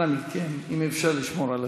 אנא מכן, אם אפשר לשמור על השקט.